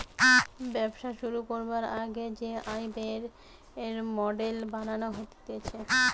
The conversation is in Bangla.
ব্যবসা শুরু করবার আগে যে আয় ব্যয়ের মডেল বানানো হতিছে